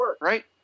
right